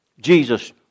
Jesus